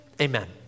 amen